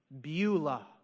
Beulah